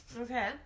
Okay